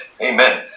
Amen